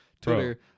Twitter